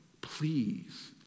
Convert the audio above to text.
Please